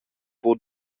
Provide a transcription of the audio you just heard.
buca